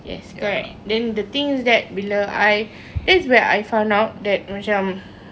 yes correct then the things that bila I that's when I found out that macam